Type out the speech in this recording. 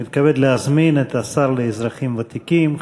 אני מתכבד להזמין את השר לאזרחים ותיקים,